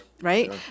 right